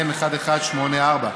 מ/1184.